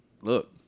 Look